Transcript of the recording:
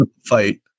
fight